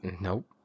Nope